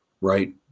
Right